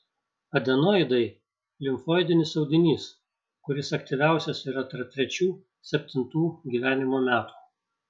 adenoidai limfoidinis audinys kuris aktyviausias yra tarp trečių septintų gyvenimo metų